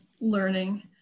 learning